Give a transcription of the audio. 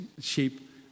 sheep